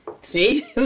See